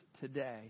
today